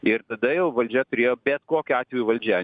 ir tada jau valdžia turėjo bet kokiu atveju valdžia